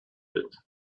pit